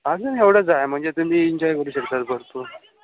अजून एवढंच आहे म्हणजे तुम्ही इन्जॉय करू शकतात भरपूर